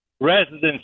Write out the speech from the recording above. residents